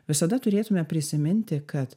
visada turėtume prisiminti kad